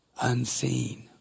unseen